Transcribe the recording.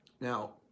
Now